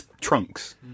trunks